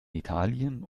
italien